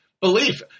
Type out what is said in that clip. belief